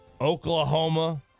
Oklahoma